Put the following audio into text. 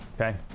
okay